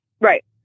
Right